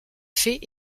fées